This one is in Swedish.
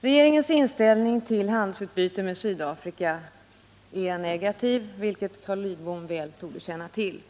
Regeringens inställning till handelsutbyte med Sydafrika är negativ, vilket Carl Lidbom torde väl känna till.